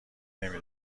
نمی